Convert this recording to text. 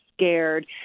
scared